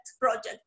project